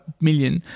million